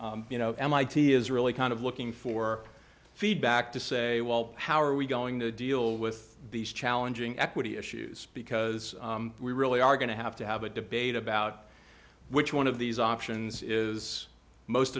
and you know mit is really kind of looking for feedback to say well how are we going to deal with these challenging equity issues because we really are going to have to have a debate about which one of these options is most